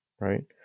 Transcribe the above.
Right